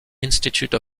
institute